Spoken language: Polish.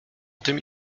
tym